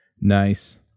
Nice